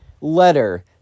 letter